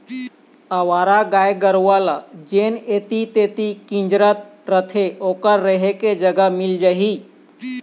अवारा गाय गरूवा ल जेन ऐती तेती किंजरत रथें ओखर रेहे के जगा मिल जाही